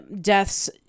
Death's